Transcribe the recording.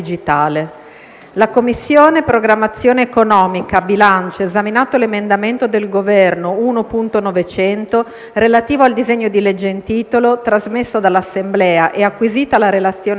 La Commissione programmazione economica, bilancio, esaminato l'emendamento del Governo 1.900, relativo al disegno di legge in titolo, trasmesso dall'Assemblea, e acquisita la relazione tecnica,